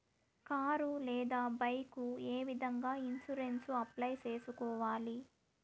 car లేదా bike ఏ విధంగా ఇన్సూరెన్సు అప్లై సేసుకోవాలి